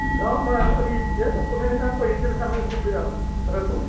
ᱟᱹᱰᱤ ᱤᱭᱟᱹ ᱠᱚᱠᱚ ᱢᱮᱱᱮᱜᱼᱟ ᱠᱚ ᱤᱭᱟᱹ ᱞᱮᱠᱟᱢ ᱟᱹᱜᱩ ᱠᱮᱭᱟᱢ ᱨᱟᱹᱥᱩᱱ